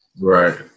Right